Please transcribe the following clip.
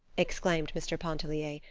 exclaimed mr. pontellier,